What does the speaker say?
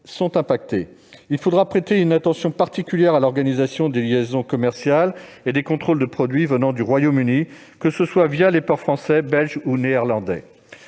conséquences. Il faudra prêter une attention particulière à l'organisation des liaisons commerciales et des contrôles de produits venant du Royaume-Uni, que ce soit les ports français, belges ou néerlandais.